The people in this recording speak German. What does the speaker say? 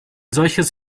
solches